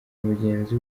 mugenzi